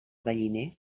galliner